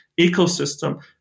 ecosystem